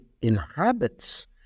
Inhabits